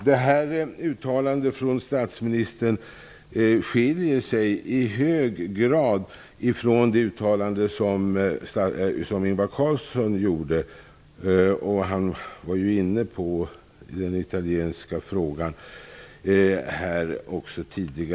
De här uttalandena från statsministern skiljer sig i hög grad från det uttalande som Ingvar Carlsson gjorde, och han var ju också inne på den italienska frågan tidigare här i dag.